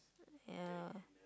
ya